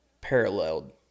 paralleled